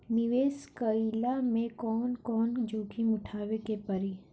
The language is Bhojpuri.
निवेस कईला मे कउन कउन जोखिम उठावे के परि?